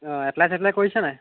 অঁ এপ্লাই চেপ্লাই কৰিছা নাই